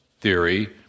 theory